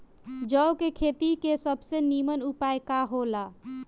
जौ के खेती के सबसे नीमन उपाय का हो ला?